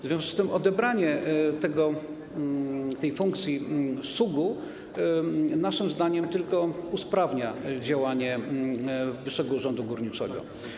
W związku z tym odebranie tego tej funkcji SUG-u naszym zdaniem tylko usprawnia działanie Wyższego Urzędu Górniczego.